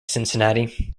cincinnati